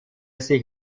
sich